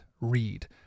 read